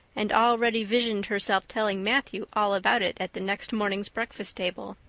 and already visioned herself telling matthew all about it at the next morning's breakfast table.